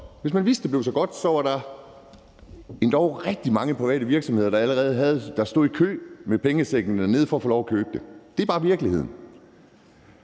hvis man vidste, det blev så godt, så var der endog rigtig mange private virksomheder, der allerede stod i kø med pengesækken dernede for at få lov til at købe det. Det er bare virkeligheden.